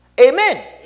Amen